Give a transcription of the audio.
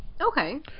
Okay